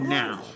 now